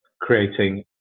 creating